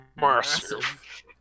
massive